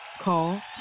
Call